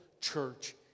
church